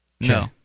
No